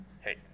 hey